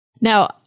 Now